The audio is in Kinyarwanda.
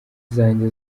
zanjye